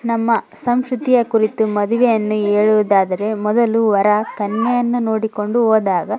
ನಮ್ಮ ಸಂಸ್ಕ್ರತಿಯ ಕುರಿತು ಮದುವೆಯನ್ನು ಹೇಳುವುದಾದರೆ ಮೊದಲು ವರ ಕನ್ಯೆಯನ್ನು ನೋಡಿಕೊಂಡು ಹೋದಾಗ